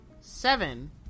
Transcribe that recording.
seven